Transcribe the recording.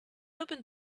opened